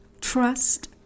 Trust